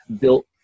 built